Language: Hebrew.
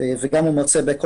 -- וגם הוא מרצה- --,